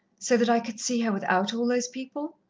so that i could see her without all those people?